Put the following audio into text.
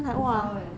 很高 eh